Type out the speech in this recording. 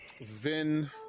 Vin